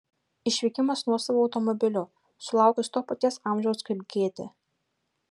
išvykimas nuosavu automobiliu sulaukus to paties amžiaus kaip gėtė